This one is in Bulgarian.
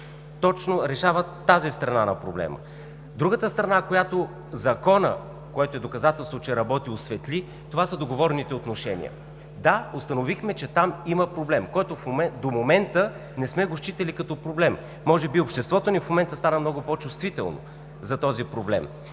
точно тази страна на проблема. Другата страна, което е доказателство, че Законът работи, са договорните отношения,. Да, установихме, че там има проблем, който до момента не сме считали като такъв. Може би обществото ни в момента стана много по-чувствителен за него – дали